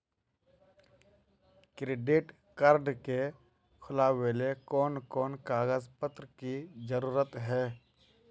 Credit card के खुलावेले कोन कोन कागज पत्र की जरूरत है?